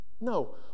No